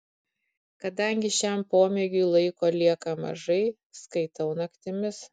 kadangi šiam pomėgiui laiko lieka mažai skaitau naktimis